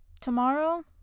tomorrow